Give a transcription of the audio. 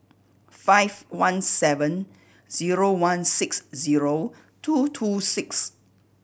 five one seven zero one six zero two two six